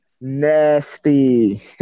Nasty